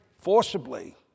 forcibly